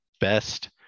best